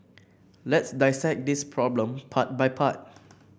let's dissect this problem part by part